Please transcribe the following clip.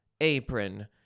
apron